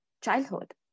childhood